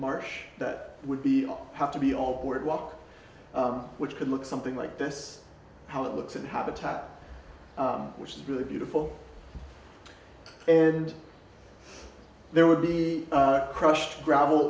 marsh that would be have to be all boardwalk which could look something like this how it looks and habitat which is really beautiful and there would be crushed gravel